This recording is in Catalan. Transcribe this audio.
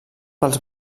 pels